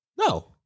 No